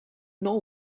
nor